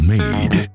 Made